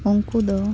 ᱩᱱᱠᱩ ᱫᱚ